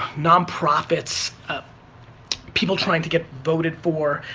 nonprofits, people trying to get voted for,